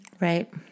Right